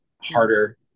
harder